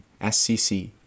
SCC